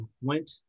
went